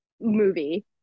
movie